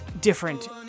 different